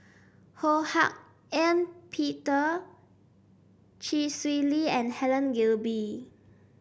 Ho Hak Ean Peter Chee Swee Lee and Helen Gilbey